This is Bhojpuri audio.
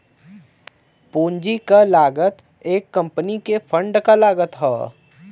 पूंजी क लागत एक कंपनी के फंड क लागत हौ